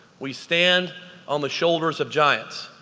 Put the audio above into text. we stand on the shoulders of giants.